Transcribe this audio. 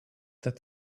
that